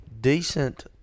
decent